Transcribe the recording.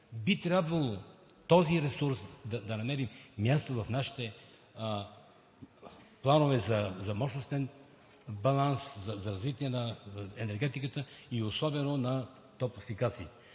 Би трябвало този ресурс да намери място в нашите планове за мощностен баланс, за развитие на енергетиката и особено на топлофикациите,